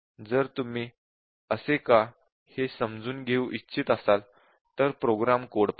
जर तुम्ही असे का हे समजून घेऊ इच्छित असाल तर प्रोग्राम कोड पहा